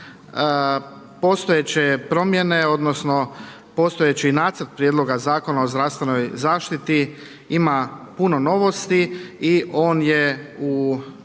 Postojeće promjene odnosno postojeći nacrt Prijedloga Zakon o zdravstvenoj zaštiti ima puno novosti i on je u